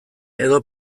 edo